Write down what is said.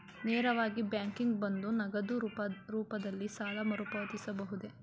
ನೇರವಾಗಿ ಬ್ಯಾಂಕಿಗೆ ಬಂದು ನಗದು ರೂಪದಲ್ಲೇ ಸಾಲ ಮರುಪಾವತಿಸಬಹುದೇ?